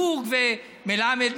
בורג ומלמד,